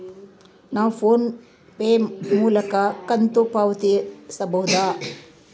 ನಾವು PhonePe ಮೂಲಕ ಕಂತು ಪಾವತಿಸಬಹುದಾ?